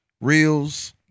reels